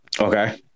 Okay